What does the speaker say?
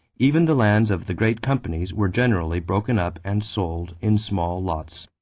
even the lands of the great companies were generally broken up and sold in small lots.